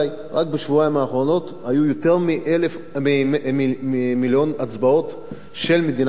רק בשבועיים האחרונים היו יותר ממיליון הצבעות של מדינת ישראל.